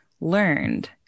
learned